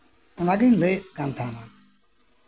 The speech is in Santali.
ᱚᱱᱟᱜᱤᱧ ᱞᱟᱹᱭᱮᱫ ᱠᱟᱱ ᱛᱟᱦᱮᱱᱟ